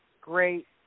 great